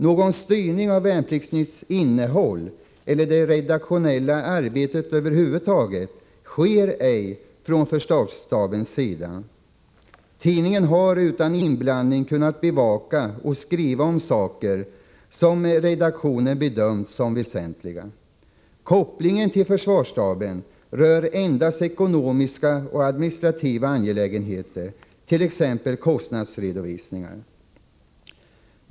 Någon styrning av Värnpliktsnytts innehåll eller det redaktionella arbetet över huvud taget sker ej från försvarsstabens sida. Tidningen har utan inblandning kunnat bevaka och skriva om saker som redaktionen bedömt som väsentliga. Kopplingen till försvarsstaben rör endast ekonomiska och administrativa angelägenheter, t.ex. kostnadsredovisningar.